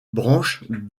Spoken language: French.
branche